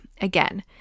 Again